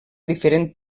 diferent